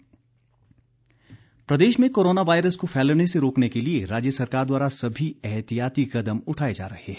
corona प्रबंध प्रदेश में कोरोना वायरस को फैलने से रोकने के लिए राज्य सरकार द्वारा सभी एहतियाती कदम उठाए जा रहे हैं